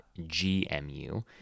gmu